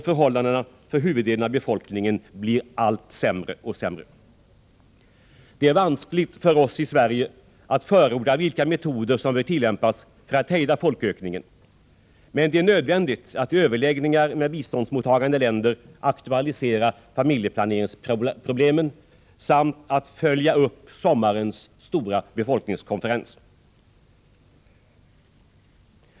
Förhållandena för huvuddelen av befolkningen blir allt sämre och sämre. Det är vanskligt för oss i Sverige att förorda vilka metoder som bör tillämpas för att hejda folkökningen, men det är nödvändigt att i överläggningar med biståndsmottagande länder aktualisera familjeplaneringsproblemen samt att följa upp sommarens stora befolkningskonferens.